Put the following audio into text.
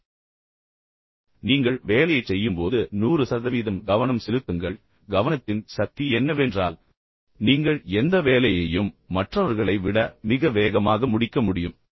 கடைசியாக நான் சொன்னேன் நீங்கள் உங்கள் வேலையைச் செய்யும்போது 100 சதவீதம் கவனம் செலுத்துங்கள் கவனத்தின் சக்தி என்னவென்றால் நீங்கள் எந்த வேலையையும் மற்றவர்களை விட மிக வேகமாக முடிக்க முடியும்